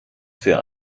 für